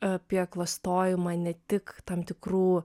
apie klastojimą ne tik tam tikrų